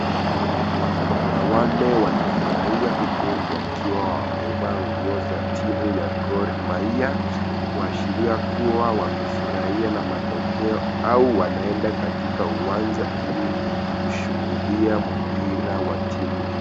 Wanadada wanne wanafurahia huku wakiwa wamevaa nguo za timu ya Gor mahia kuashiria kuwa wamefurahia na matokeo au wanaenda katika uwanja ili kushuhudia mpira wa timu hii.